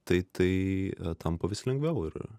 tai tai tampa vis lengviau ir